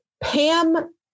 Pam